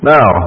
Now